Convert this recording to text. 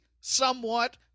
somewhat